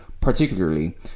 Particularly